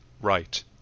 right